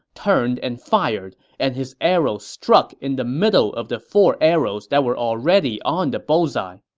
turned and fired, and his arrow struck in the middle of the four arrows that were already on the bullseye.